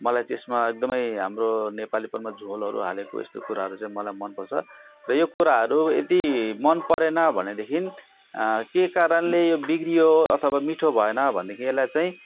मलाई चाहिँ यसमा एकदम हाम्रो नेपालीपनमा झोलहरू हालेको यस्तो कुराहरू चाहिँ मलाई मन पर्छ र यो कुराहरू यदि मन परेन भनेदेखि के कारणले यो बिग्र्यो अथवा मिठो भएन भनेदेखि यसलाई चाहिँ